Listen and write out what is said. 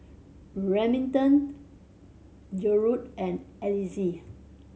Remington and Alize